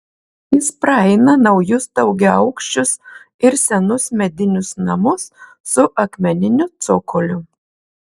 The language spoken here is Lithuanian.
jis praeina naujus daugiaaukščius ir senus medinius namus su akmeniniu cokoliu